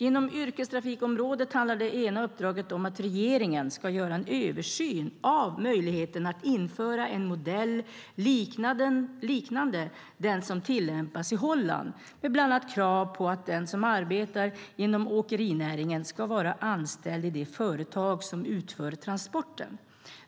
Inom yrkestrafikområdet handlar det ena uppdraget om att regeringen ska göra en översyn av möjligheten att införa en modell liknande den som tillämpas i Holland med bland annat krav på att den som arbetar inom åkerinäringen ska vara anställd i det företag som utför transporten.